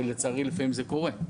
ולצערי לפעמים זה קורה.